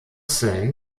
seine